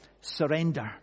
surrender